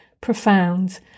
profound